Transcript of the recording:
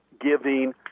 giving